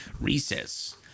Recess